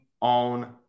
on